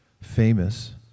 famous